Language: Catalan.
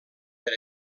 per